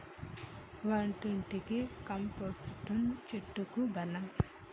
వంటింటి కంపోస్టును చెట్లకు బలం